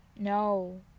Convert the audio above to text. No